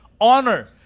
honor